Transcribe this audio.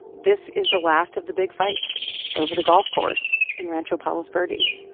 this is the last of the big fights over the golf course in rancho palos verdes so